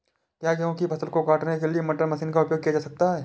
क्या गेहूँ की फसल को काटने के लिए कटर मशीन का उपयोग किया जा सकता है?